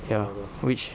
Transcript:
ya which